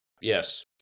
Yes